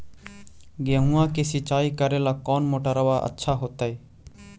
गेहुआ के सिंचाई करेला कौन मोटरबा अच्छा होतई?